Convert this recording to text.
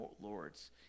lords